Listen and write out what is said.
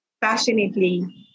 passionately